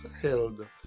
held